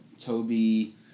Toby